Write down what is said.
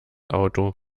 auto